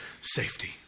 safety